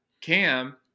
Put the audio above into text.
Cam